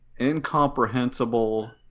incomprehensible